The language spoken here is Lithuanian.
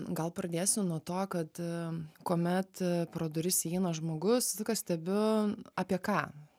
gal pradėsiu nuo to kad kuomet pro duris įeina žmogus visą laiką stebiu apie ką